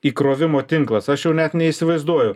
įkrovimo tinklas aš jau net neįsivaizduoju